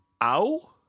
Ow